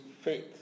faith